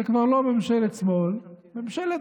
זאת כבר לא ממשלת שמאל, ממשלת